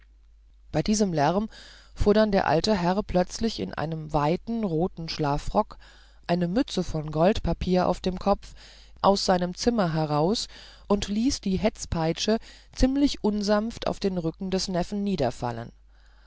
bei diesem lärm fuhr dann der alte herr plötzlich in einem weiten roten schlafrock eine mütze von goldpapier auf dem kopf aus seinem zimmer heraus und ließ die hetzpeitsche ziemlich unsanft auf den rücken des neffen